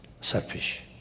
selfish